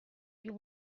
you